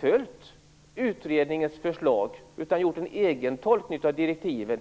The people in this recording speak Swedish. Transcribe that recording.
följt utredningens förslag utan gjort en egen tolkning av direktiven.